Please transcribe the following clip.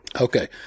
Okay